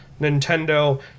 Nintendo